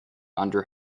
under